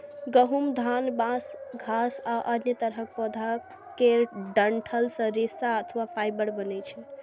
गहूम, धान, बांस, घास आ अन्य तरहक पौधा केर डंठल सं रेशा अथवा फाइबर बनै छै